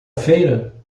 feira